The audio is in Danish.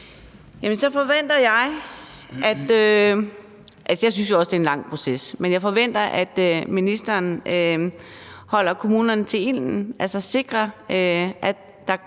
jeg forventer, at ministeren holder kommunerne til ilden, altså sikrer, at der